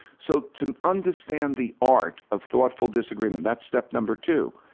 so to understand the art of thoughtful disagreement, that's step number two.